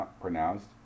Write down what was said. pronounced